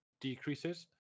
decreases